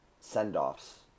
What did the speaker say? send-offs